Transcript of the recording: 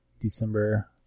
December